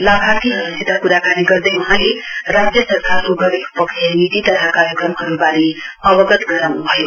लाभार्थीहरुसित क्राकानी गर्दै वहाँले राज्य सरकारको गरीब पक्षीय नीति तथा कार्यक्रमहरुवारे अवगत गराउन् भयो